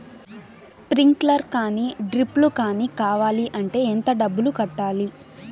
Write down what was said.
Sprinkler కానీ డ్రిప్లు కాని కావాలి అంటే ఎంత డబ్బులు కట్టాలి?